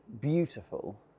beautiful